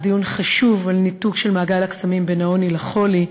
דיון חשוב על ניתוק מעגל הקסמים של העוני והחולי,